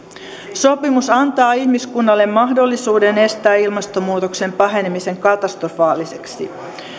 sopimus antaa ihmiskunnalle mahdollisuuden estää ilmastonmuutoksen pahenemisen katastrofaaliseksi